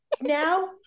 now